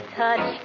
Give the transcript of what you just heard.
touch